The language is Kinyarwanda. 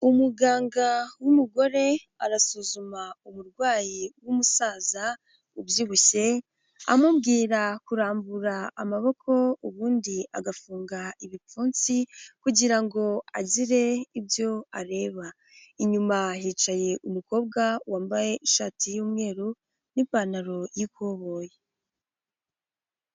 Umuganga w'umugore arasuzuma umurwayi bw'umusaza ubyibushye, amubwira kurambura amaboko ubundi agafunga ibipfunsi kugira ngo agire ibyo areba. Inyuma hicaye umukobwa wambaye ishati y'umweru n'ipantaro y' ikoboye.